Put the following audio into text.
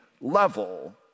level